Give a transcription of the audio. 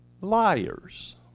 liars